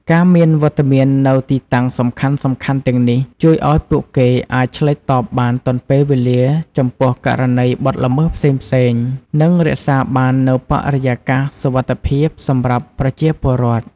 ការមានវត្តមាននៅទីតាំងសំខាន់ៗទាំងនេះជួយឲ្យពួកគេអាចឆ្លើយតបបានទាន់ពេលវេលាចំពោះករណីបទល្មើសផ្សេងៗ និងរក្សាបាននូវបរិយាកាសសុវត្ថិភាពសម្រាប់ប្រជាពលរដ្ឋ។